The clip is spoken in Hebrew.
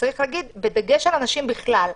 וצריך להגיש: בדגש על הנשים בכלל.